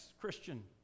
Christian